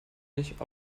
nicht